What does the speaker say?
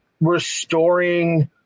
restoring